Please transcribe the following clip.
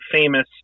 famous